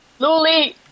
Luli